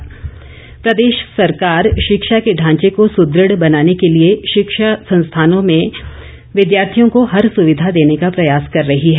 वीरेन्द्र कंवर प्रदेश सरकार शिक्षा के ढांचे को सुदृढ़ बनाने के लिए शिक्षा संस्थानों में विद्यार्थियों को हर सुविधा देने का प्रयास कर रही है